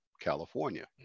California